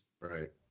right